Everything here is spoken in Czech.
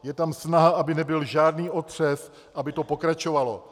Je tam snaha, aby nebyl žádný otřes, aby to pokračovalo.